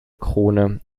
krone